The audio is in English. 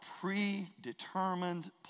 predetermined